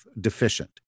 deficient